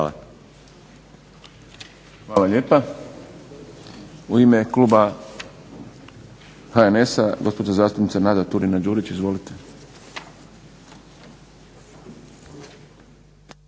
(SDP)** Hvala lijepa. U ime kluba HNS-a gospođa zastupnica Nada Turina-Đurić. Izvolite.